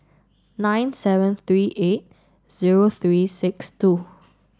nine seven three eight zero three six two